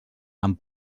amb